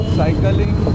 cycling